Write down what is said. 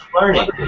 learning